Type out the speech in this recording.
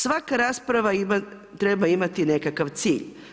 Svaka rasprava treba imati nekakav cilj.